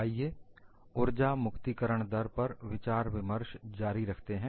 आइए उर्जा मुक्तिकरण दर पर विचार विमर्श जारी रखते हैं